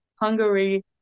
Hungary